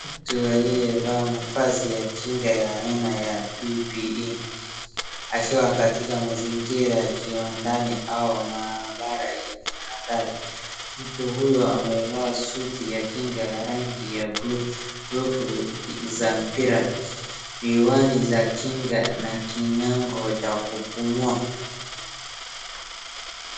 Mtu aliyevaa mavazi ya kinga ya aina ya PPE akiwa katika mazingira ya kiwandani au maabara yenye tahadhari. Mtu huyo amevaa suti ya kinga ya rangi ya buluu, glovu za mpira, miwani za kinga na king'ango cha kupumua.